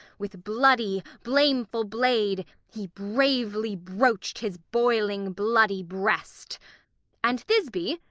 with bloody blameful blade, he bravely broach'd his boiling bloody breast and thisby,